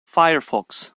firefox